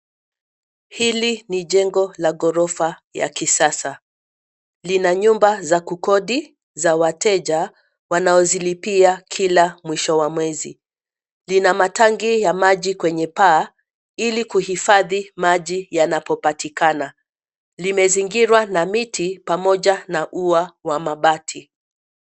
Hili ni jengo la ghorofa ya kisasa, lina nyumba za kukodi za wateja wanaozilipia kila mwisho wa mwezi, lina matangi ya maji kwenye paa ili kuhifadhi maji yanapopatikana, limezingirwa na miti pamoja na ua wa mabati.